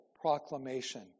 proclamation